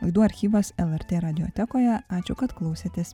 laidų archyvas lrt radijo tekoje ačiū kad klausėtės